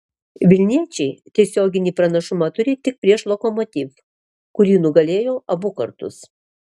vilniečiai tiesioginį pranašumą turi tik prieš lokomotiv kurį nugalėjo abu kartus